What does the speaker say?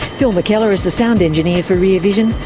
phil mckellar is the sound engineer for rear vision